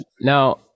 Now